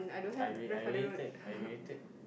I re~ I related I related